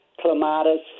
clematis